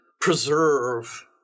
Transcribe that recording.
preserve